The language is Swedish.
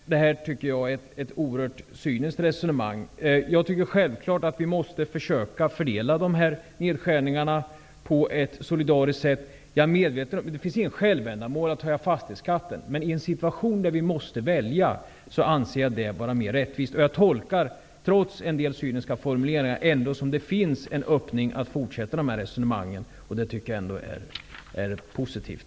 Jag tycker att detta är ett oerhört cyniskt resonemang. Självfallet måste vi försöka fördela nedskärningarna på ett solidariskt sätt. Det finns inget självändamål i att höja fastighetsskatten, men jag anser det vara mer rättvist i en situation där vi måste välja. Trots en del cyniska formuleringar tolkar jag statsrådets ord som att det ändå finns en öppning för att fortsätta resonemangen, och det tycker jag är positivt.